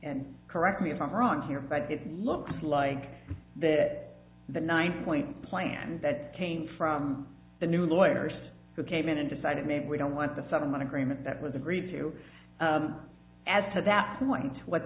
and correct me if i'm wrong here but it looks like that the nine point plan that came from the the new lawyers who came in and decided maybe we don't want the settlement agreement that was agreed to as to that once what